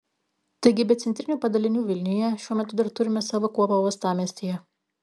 taigi be centrinių padalinių vilniuje šiuo metu dar turime savo kuopą uostamiestyje